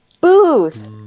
Booth